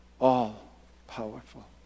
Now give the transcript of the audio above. all-powerful